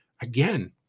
Again